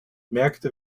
märkte